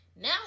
Now